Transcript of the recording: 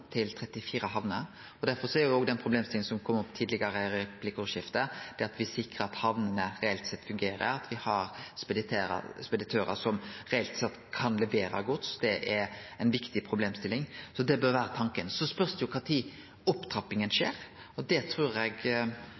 til 34 hamner. Derfor er òg den problemstillinga som kom opp her tidlegare i replikkordskiftet, det at me sikrar at hamnene reelt sett fungerer, at vi har speditørar som reelt sett kan levere gods, ei viktig problemstilling. Så det bør vere tanken. Så spørst det jo kva tid opptrappinga skjer, og det trur eg